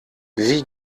wie